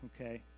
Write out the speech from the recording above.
okay